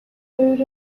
food